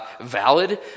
valid